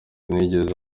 ntiyigeze